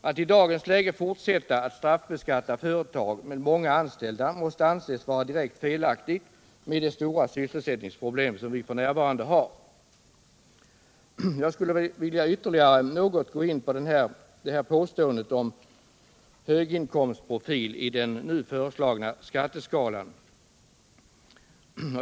Att i dagens läge fortsätta att straffbeskatta företag med många anställda måste anses vara direkt felaktigt med de stora sysselsättningsproblem som vi f.n. har. Jag skulle vilja ytterligare något gå in på påståendet om höginkomstprofil i den nu föreslagna skatteskalan.